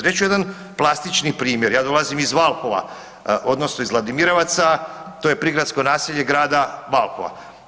Reći ću jedan plastični primjer, ja dolazim iz Valpova, odnosno iz Vladimirevaca, to je prigradsko naselje grada Valpova.